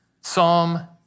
Psalm